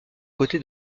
côté